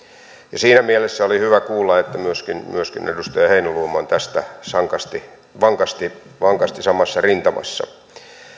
siinä mielessä oli hyvä kuulla että myöskin myöskin edustaja heinäluoma on tästä vankasti vankasti samassa rintamassa